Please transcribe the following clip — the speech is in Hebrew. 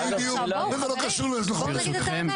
בואו נגיד את האמת,